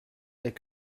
est